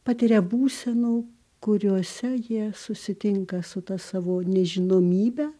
patiria būsenų kuriose jie susitinka su ta savo nežinomybe